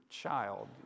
Child